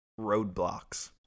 roadblocks